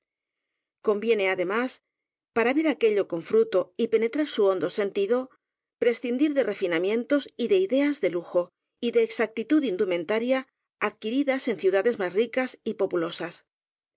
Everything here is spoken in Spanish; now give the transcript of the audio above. conviene además para ver aquello con fruto y penetrar su hondo sentido prescindir de refina mientos y de ideas de lujo y de exactitud indumen taria adquiridas en ciudades más ricas y populo